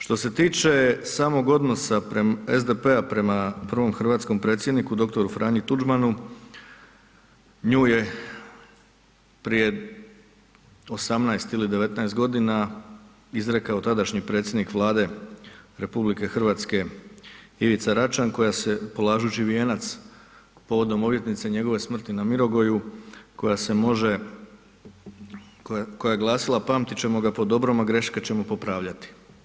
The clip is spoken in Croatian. Što se tiče samog odnosa SDP-a prema prvom hrvatskom predsjedniku dr. Franji Tuđmanu nju je prije 18 ili 19 godina izrekao tadašnji predsjednik Vlade RH Ivica Račan koja se, polažući vijenac povodom obljetnice njegove smrti na Mirogoju, koja se može, koja je glasila: Pamtit ćemo ga po dobrom, a greške ćemo popravljati.